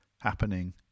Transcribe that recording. happening